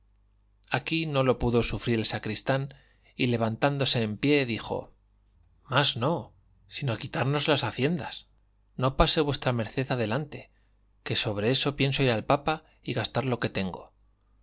aquí no lo pudo sufrir el sacristán y levantándose en pie dijo mas no sino quitarnos las haciendas no pase v md adelante que sobre eso pienso ir al papa y gastar lo que tengo